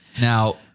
Now